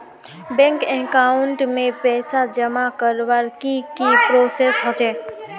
Bank account में पैसा जमा करवार की की प्रोसेस होचे?